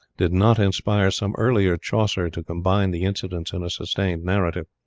did not inspire some earlier chaucer to combine the incidents in a sustained narrative.